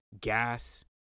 gas